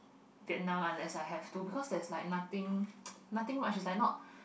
Vietnam unless I have to because there is like nothing nothing much it's like not